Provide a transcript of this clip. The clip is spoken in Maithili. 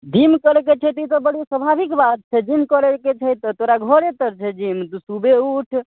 जिम करयके छौ तऽ ई तऽ बड़ी स्वाभाविक बात छै जिम करयके छै तऽ तोरा घरेपर छै जिम तू सुबहे उठ